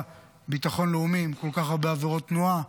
לביטחון הלאומי יש כל כך הרבה עבירות תנועה,